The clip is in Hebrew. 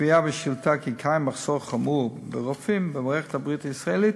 הקביעה בשאילתה כי יש מחסור חמור ברופאים במערכת הבריאות הישראלית